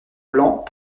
blanc